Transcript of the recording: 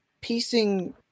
piecing